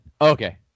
Okay